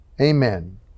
Amen